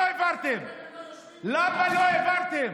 למה לא העברתם?